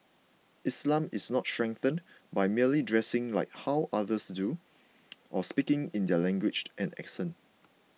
Islam is not strengthened by merely dressing like how others do or speaking in their language and accent